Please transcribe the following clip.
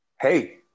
hey